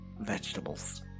vegetables